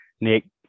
Nick